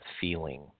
feeling